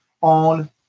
on